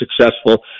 successful